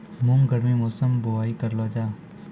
मूंग गर्मी मौसम बुवाई करलो जा?